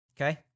Okay